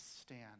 stand